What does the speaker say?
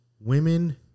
women